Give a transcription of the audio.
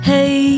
Hey